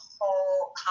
whole